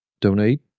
donate